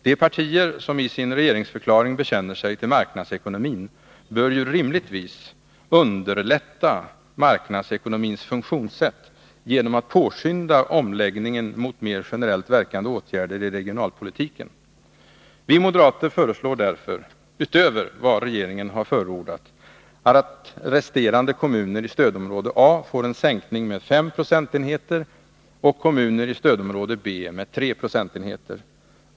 De partier som i sin regeringsförklaring bekänner sig till marknadsekonomin bör ju rimligtvis underlätta marknadsekonomins funktionssätt genom att påskynda omläggningen mot mer generellt verkande åtgärder i regionalpolitiken. Vi moderater föreslår därför — utöver vad regeringen har förordat — att resterande kommuner i stödområde A får en sänkning med 5 procentenheter och kommuner i stödområde B med 3 procentenheter.